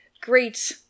great